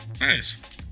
Nice